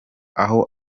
aho